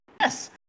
Yes